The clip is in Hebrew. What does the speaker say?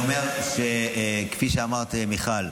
כפי שאמרת מיכל,